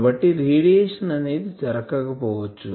కాబట్టి రేడియేషన్ అనేది జరగక పోవచ్చు